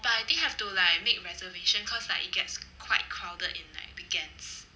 but I think have to like make reservation cause like it gets quite crowded in like weekends